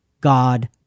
God